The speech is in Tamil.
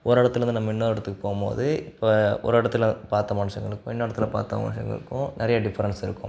ஓர் இடத்துலருந்து நம்ம இன்னொரு இடத்துக்கு போகும்போது இப்போ ஒரு இடத்துல பார்த்த மனுஷங்களுக்கும் இன்னொரு இடத்துல பார்த்த மனுஷங்களுக்கும் நிறைய டிஃபரென்ஸ் இருக்கும்